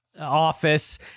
office